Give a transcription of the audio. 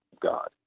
God